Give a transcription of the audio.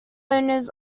owners